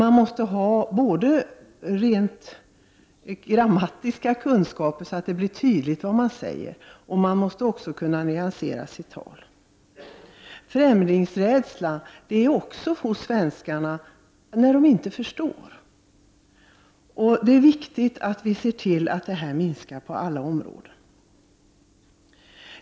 Man måste ha rent grammatiska kunskaper så att det blir tydligt vad man säger, och man måste kunna nyansera sitt tal. Främlingsrädsla finns också hos svenskarna när de inte förstår. Det är viktigt att vi ser till att den minskar på alla områden.